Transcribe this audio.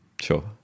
Sure